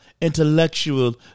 intellectual